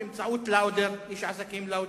באמצעות איש העסקים לאודר.